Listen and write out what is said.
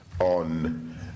on